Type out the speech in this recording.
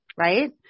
right